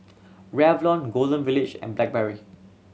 Revlon Golden Village and Blackberry